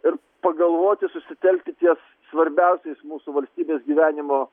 ir pagalvoti susitelkti ties svarbiausiais mūsų valstybės gyvenimo